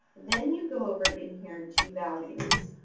then you go over in here to values,